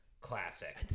classic